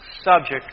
subject